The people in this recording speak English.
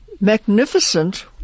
magnificent